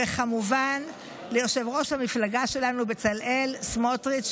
וכמובן ליושב-ראש המפלגה שלנו בצלאל סמוטריץ',